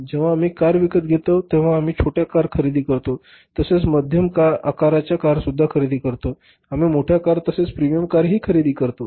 जेव्हा आम्ही कार विकत घेतो तेव्हा आम्ही छोट्या कार खरेदी करतो तसेच मध्यम आकाराच्या कारसुद्धा खरेदी करतो आम्ही मोठ्या कार तसेच प्रीमियम कारही खरेदी करतो